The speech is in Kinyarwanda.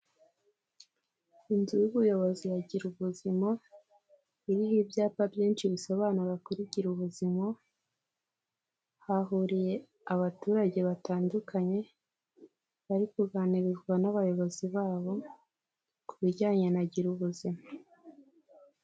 Inzu y'ubuyobozi ya Girubuzima, iriho ibyapa byinshi bisobanura kuri Girubuzima, hahuriye abaturage batandukanye bari kuganirizwa n'abayobozi babo ku bijyanye na Girubuzima.